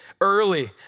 early